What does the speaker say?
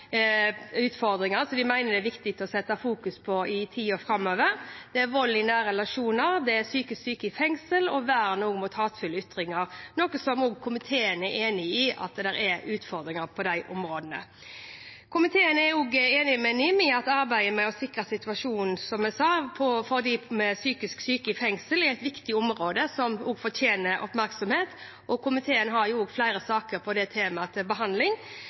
utfordringer som de mener det er viktig å fokusere på i tida framover. Det er vold i nære relasjoner, psykisk syke i fengsel og vern mot hatefulle ytringer. Komiteen er enig i at det er utfordringer på de områdene. Komiteen er også enig med NIM i at arbeidet med å sikre situasjonen for de psykisk syke i fengsel er et viktig område som fortjener oppmerksomhet. Komiteen har flere saker om det temaet til behandling.